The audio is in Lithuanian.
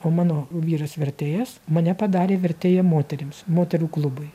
o mano vyras vertėjas mane padarė vertėja moterims moterų klubui